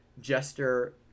Jester